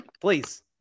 please